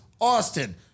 Austin